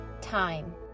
time